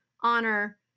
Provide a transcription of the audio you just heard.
honor